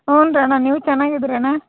ಹ್ಞೂನಣ್ಣ ನೀವು ಚೆನ್ನಾಗಿದಿರಣ್ಣ